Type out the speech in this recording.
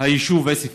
היישוב עוספיא.